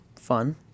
fun